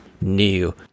new